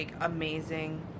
amazing